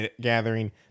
gathering